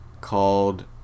called